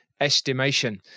estimation